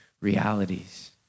realities